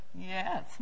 Yes